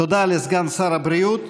תודה לסגן שר הבריאות.